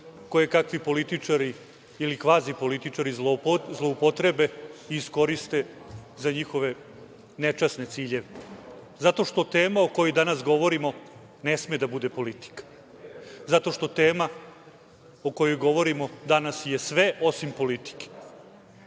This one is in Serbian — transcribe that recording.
koje kakvi političari ili kvazi političari zloupotrebe i iskoriste za njihove nečasne ciljeve, zato što tema o kojoj danas govorimo ne sme da bude politika. Zato što tema o kojoj govorimo danas je sve, osim politike.Zašto